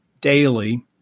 daily